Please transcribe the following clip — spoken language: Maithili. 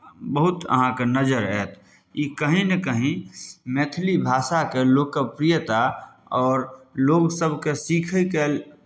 बहुत अहाँकेँ नजरि आयत ई कहीँ ने कहीँ मैथिली भाषाके लोकप्रियता आओर लोक सभके सीखयके